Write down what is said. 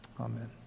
Amen